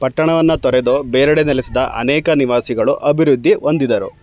ಪಟ್ಟಣವನ್ನು ತೊರೆದು ಬೇರೆಡೆ ನೆಲೆಸಿದ ಅನೇಕ ನಿವಾಸಿಗಳು ಅಭಿವೃದ್ಧಿ ಹೊಂದಿದರು